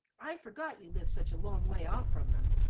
i forgot you lived such a long way off from them.